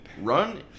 Run